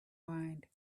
mind